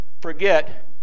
forget